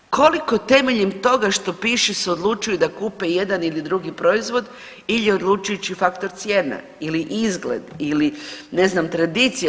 Koliko temelje toga što piše se odlučuju da kupe jedan ili drugi proizvod ili je odlučujući faktor cijena ili izgled ili ne znam tradicija.